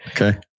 Okay